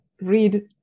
read